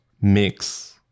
mix